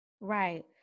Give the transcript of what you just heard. Right